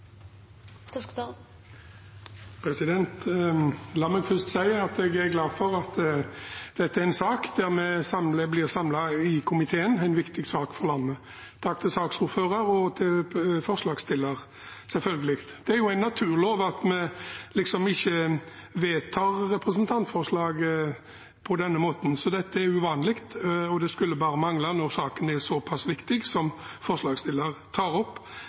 glad for at dette er en sak der vi står samlet i komiteen. Det er en viktig sak for landet. Takk til saksordfører og selvfølgelig forslagsstiller. Det er jo en naturlov at vi liksom ikke vedtar representantforslag på denne måten, så dette er uvanlig, og det skulle bare mangle når saken er såpass viktig som det forslagsstiller tar opp,